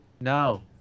No